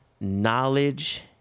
knowledge